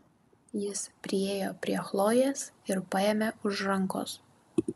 jis priėjo prie chlojės ir paėmė už rankos